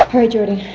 hurry jordan,